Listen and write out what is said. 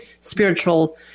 spiritual